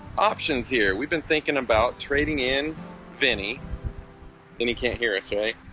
options here. we've been thinking about trading in vinny and. he can't hear us right?